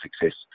success